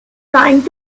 trying